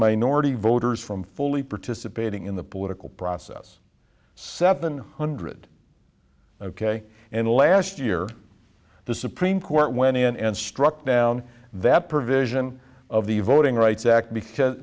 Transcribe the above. minority voters from fully participating in the political process seven hundred ok in the last year the supreme court went in and struck down that provision of the voting rights act because